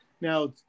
now